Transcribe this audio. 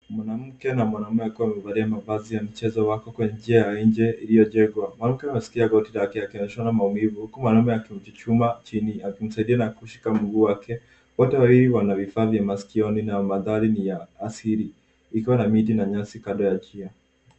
Mwanamke na mwanamume akiwa amevalia mavazi ya michezo wako kwenye njia ya nje iliyojengwa. Mwanamke anashikilia goti lake akionyeshana maumivu huku mwanamume akichuchumaa chini akimsaidia na kushika mguu wake. Wote wawili wana vifaa vya masikioni na mandhari ni ya asili ikiwa na miti na nyasi kando ya njia.